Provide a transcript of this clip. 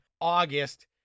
August